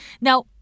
Now